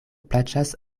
plaĉas